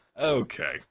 okay